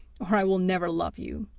or i will never love you